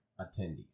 attendees